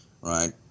right